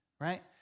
right